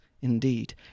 indeed